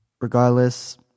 regardless